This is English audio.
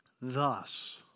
Thus